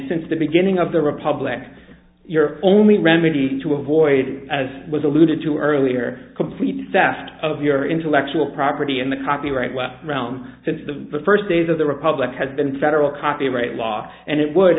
since the beginning of the republic you're only remedy to avoid it as was alluded to earlier completely theft of your intellectual property in the copyright well around since the first days of the republic has been federal copyright law and it would